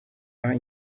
are